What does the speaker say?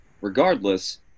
regardless